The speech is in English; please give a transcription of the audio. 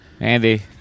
Andy